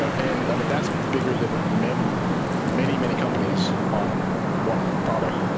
ah and i mean that's bigger than many, um many many companies on one product.